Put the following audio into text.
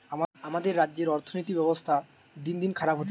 আমাদের রাজ্যের অর্থনীতির ব্যবস্থা দিনদিন খারাপ হতিছে